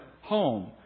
home